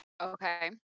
Okay